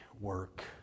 work